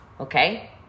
Okay